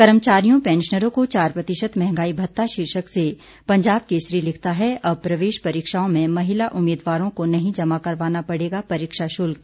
कर्मचारियों पेंशनरों को चार प्रतिशत महंगाई भत्ता शीर्षक से पंजाब केसरी लिखता है अब प्रवेश परीक्षाओं में महिला उम्मीदवारों को नहीं जमा करवाना पड़ेगा परीक्षा शुल्क